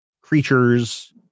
creatures